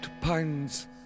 pounds